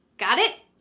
got it?